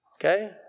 okay